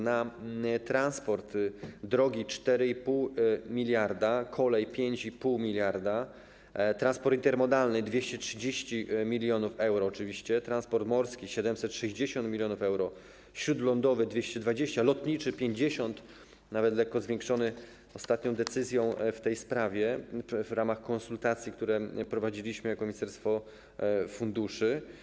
Na transport, drogi - 4,5 mld, kolej - 5,5 mld, transport intermodalny - 230 mln, oczywiście euro, transport morski - 760 mln euro, śródlądowy - 220, lotniczy - 50, nawet lekko jest to zwiększone ostatnią decyzją w tej sprawie w ramach konsultacji, które prowadziliśmy jako ministerstwo funduszy.